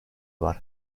var